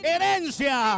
Herencia